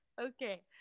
Okay